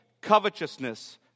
covetousness